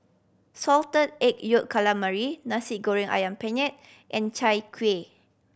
Salted Egg Yolk Calamari Nasi Goreng Ayam peanut and Chai Kuih